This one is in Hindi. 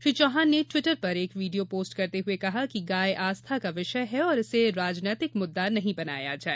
श्री चौहान ने ट्विटर पर एक वीडियो पोस्ट करते हुए कहा कि गाय आस्था का विषय है और इसे राजनीतिक मुद्दा नहीं बनाया जाए